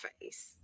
face